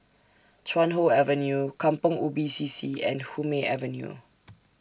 Chuan Hoe Avenue Kampong Ubi C C and Hume Avenue